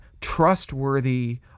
trustworthy